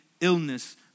illness